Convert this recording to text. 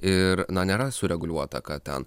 ir na nėra sureguliuota kad ten